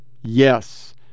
Yes